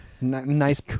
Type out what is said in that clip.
Nice